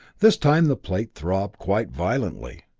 this time the plate throbbed quite violently,